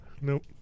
Nope